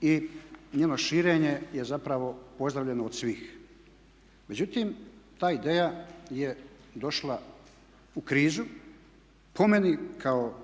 i njeno širenje je zapravo pozdravljeno od svih. Međutim, ta ideja je došla u krizu, po meni kao